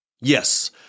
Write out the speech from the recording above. Yes